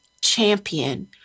champion